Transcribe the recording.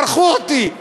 מרחו אותי.